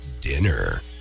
dinner